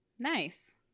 nice